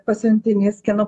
pasiuntinys kieno